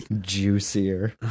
Juicier